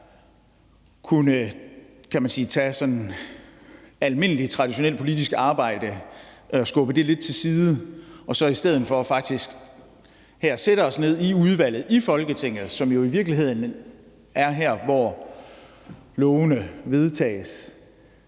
kunne tage sådan almindeligt, traditionelt politisk arbejde og skubbe det lidt til side for så faktisk i stedet at sætte os ned i udvalget og i Folketinget, som jo i virkeligheden er her, hvor love vedtages,